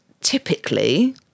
typically